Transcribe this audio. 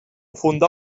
fundà